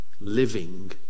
living